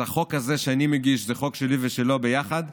החוק הזה שאני מגיש זה חוק שלי ושלו ביחד,